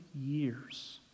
years